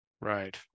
Right